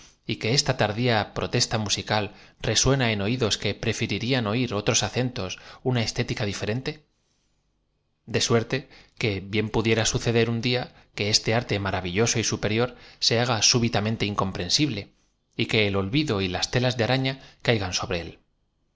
y que esta tardía protesta musical resuena en oídos que preferirían o ir otros acentos una estética diferente de suerte que bien pudiera su ceder un dia que este arte maravilloso y superior se haga súbitamente incomprensible y que el olvid o y las telas de araña caigan sobre él no